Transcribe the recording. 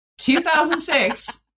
2006